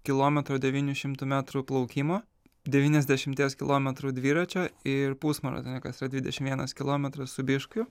kilometro devynių šimtų metrų plaukimo devyniasdešimties kilometrų dviračio ir pusmaratonio kas dvidešim vienas kilometras su biškiu